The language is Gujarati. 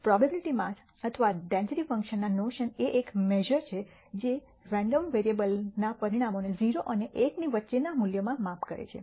પ્રોબેબીલીટી માસ અથવા ડેન્સિટી ફંકશન ના નોશન એ એક મેશ઼ર છે જે રેન્ડમ વેરિયેબલના પરિણામોને 0 અને 1 ની વચ્ચેના મૂલ્યોમાં મેપ કરે છે